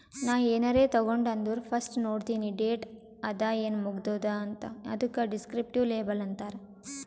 ನಾ ಏನಾರೇ ತಗೊಂಡ್ ಅಂದುರ್ ಫಸ್ಟ್ ನೋಡ್ತೀನಿ ಡೇಟ್ ಅದ ಏನ್ ಮುಗದೂದ ಅಂತ್, ಅದುಕ ದಿಸ್ಕ್ರಿಪ್ಟಿವ್ ಲೇಬಲ್ ಅಂತಾರ್